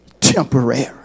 temporary